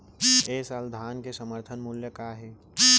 ए साल धान के समर्थन मूल्य का हे?